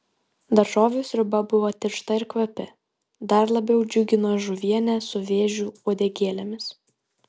daržovių sriuba buvo tiršta ir kvapi dar labiau džiugino žuvienė su vėžių uodegėlėmis